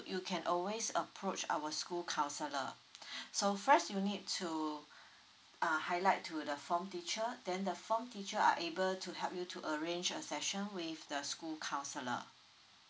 you can always approach our school counsellor so first you need to uh highlight to the form teacher then the form teacher are able to help you to arrange a session with the school counsellor